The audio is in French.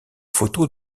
photo